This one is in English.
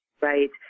right